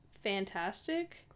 fantastic